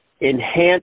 enhance